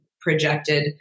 projected